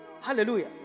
Hallelujah